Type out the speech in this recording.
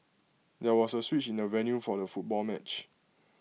there was A switch in the venue for the football match